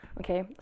Okay